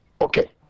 Okay